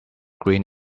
green